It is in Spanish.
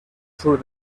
sur